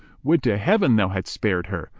would to heaven thou hadst spared her!